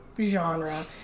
genre